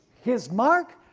his mark,